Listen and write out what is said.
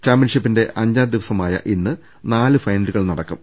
ചാമ്പ്യൻഷിപ്പിന്റെ അഞ്ചാം ദിനമായ ഇന് നാല് ഫൈനലു കൾ നടക്കും